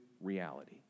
reality